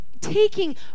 taking